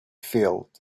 field